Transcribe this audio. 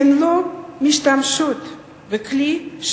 הן לא משתמשות בכלי זה,